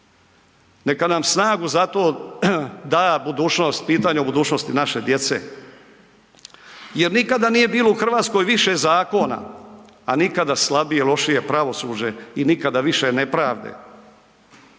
Neka nam snagu za to da budućnost, pitanje o budućnosti naše djece jer nikada nije bilo u RH više zakona, a nikada slabije i lošije pravosuđe i nikada više nepravde.